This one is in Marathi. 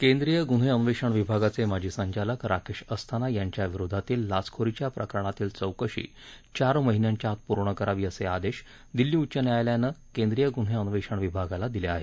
केंद्रीय गुन्हे अन्वेषण विभागाचे माजी संचालक राकेश अस्थाना यांच्या विरोधातील लाचखोरीच्या प्रकरणातील चौकशी चार महिन्यांच्या आत पूर्ण करावी असे आदेश दिल्ली उच्च न्यायालयाने केंद्रीय गुन्हे अन्वेषण विभागाला दिले आहेत